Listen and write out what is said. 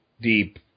deep –